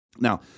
Now